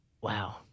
wow